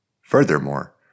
Furthermore